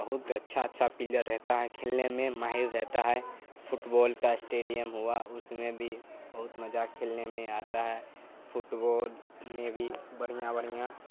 بہت اچھا اچھا پلیئر رہتا ہے کھیلنے میں ماہر رہتا ہے فٹ بال کا اسٹیڈیم ہوا اس میں بھی بہت مزہ کھیلنے میں آتا ہے فٹ بول میں بھی بڑھیا بڑھیا